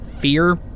fear